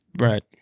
right